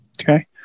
Okay